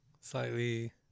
slightly